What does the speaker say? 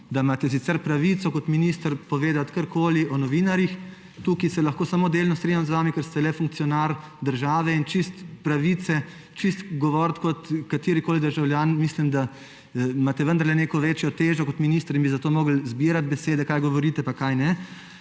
Da imate sicer pravico kot minister povedati karkoli o novinarjih, tukaj se lahko samo delno strinjam z vami, ker ste le funkcionar države; in pravice govoriti čisto vse kot katerikoli državljan, mislim, da imate vendarle neko večjo težo kot minister in bi zato morali izbirati besede, kaj govorite pa kaj ne.